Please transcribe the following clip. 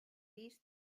vist